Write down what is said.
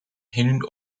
hun